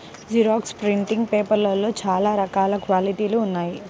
xerox printing పేపర్లలో చాలా రకాల క్వాలిటీలు ఉన్నాయి